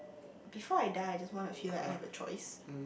before I die I just want to feel like I have a choice